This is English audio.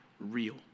real